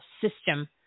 system